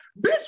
bitch